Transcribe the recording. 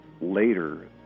later